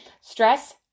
stress